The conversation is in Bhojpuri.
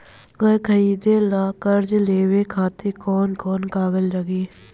घर खरीदे ला कर्जा लेवे खातिर कौन कौन कागज लागी?